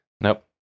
Nope